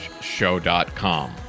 show.com